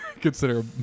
Consider